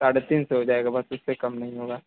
साढ़े तीन सौ हो जाएगा बस उससे कम नहीं होगा